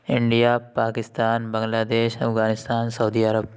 India Pakistan Bangladesh Afghanistan Saudi Arab